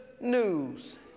news